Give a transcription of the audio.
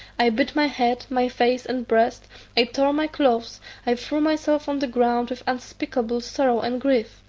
i beat my head, my face, and breast i tore my clothes i threw myself on the ground with unspeakable sorrow and grief!